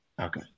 Okay